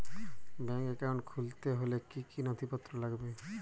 Bank account খুলতে হলে কি কি নথিপত্র লাগবে?